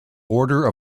order